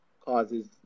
causes